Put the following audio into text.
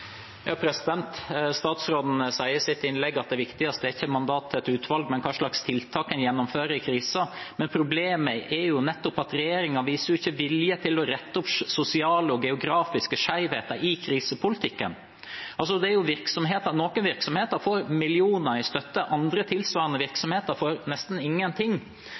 Statsråden sier i sitt innlegg at det viktigste er ikke mandatet i et utvalg, men hva slags tiltak en gjennomfører i krisen. Men problemet er jo nettopp at regjeringen ikke viser vilje til å rette opp sosiale og geografiske skeivheter i krisepolitikken. Noen virksomheter får millioner i støtte, andre, tilsvarende virksomheter får nesten ingenting.